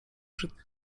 przed